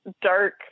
dark